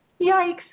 yikes